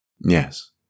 Yes